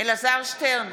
אלעזר שטרן,